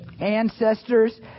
Ancestors